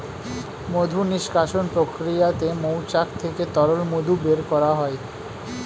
মধু নিষ্কাশণ প্রক্রিয়াতে মৌচাক থেকে তরল মধু বের করা হয়